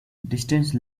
distance